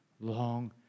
long